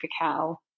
cacao